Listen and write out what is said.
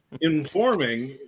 informing